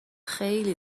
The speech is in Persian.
خیلی